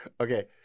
okay